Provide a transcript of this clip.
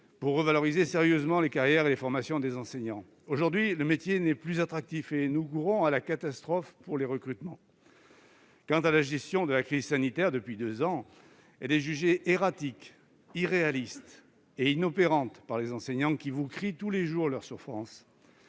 pour revaloriser sérieusement les carrières et les formations des enseignants. Le métier n'est plus attractif et nous courons à la catastrophe pour les recrutements. Par ailleurs, la gestion de la crise sanitaire depuis deux ans est jugée erratique, irréaliste et inopérante par les enseignants, qui vous crient tous les jours leur souffrance.